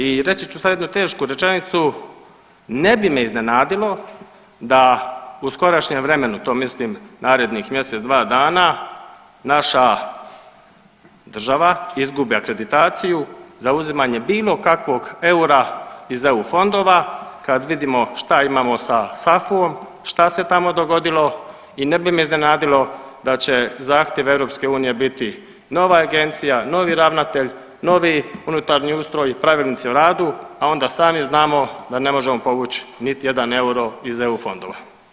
I reći ću sad jednu tešku rečenicu, ne bi me iznenadilo da u skorašnjem vremenu, to mislim narednih mjesec dva dana naša država izgubi akreditaciju za uzimanje bilo kakvog eura iz eu fondova kad vidimo šta imamo sa SAFU-om šta se tamo dogodilo i ne bi me iznenadilo da će zahtjev EU biti nova agencija, novi ravnatelj, novi unutarnji ustroj i pravilnici o radu, a onda sami znamo da ne možemo povuć niti jedan euro iz eu fondova.